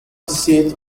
seat